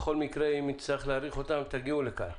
בכל מקרה, אם נצטרך להאריך אותם תגיעו לכאן.